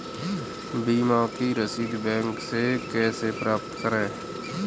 बीमा की रसीद बैंक से कैसे प्राप्त करें?